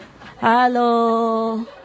Hello